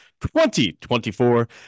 2024